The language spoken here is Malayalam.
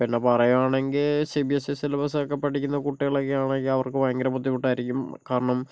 പിന്നെ പറയുകയാണെങ്കിൽ സി ബി എസ് ഇ സിലബസൊക്കെ പഠിക്കുന്ന കുട്ടികളൊക്കെയാണെങ്കിൽ അവർക്ക് ഭയങ്കര ബുദ്ധിമുട്ടായിരിക്കും കാരണം